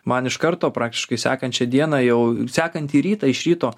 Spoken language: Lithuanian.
man iš karto praktiškai sekančią dieną jau sekantį rytą iš ryto